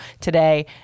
today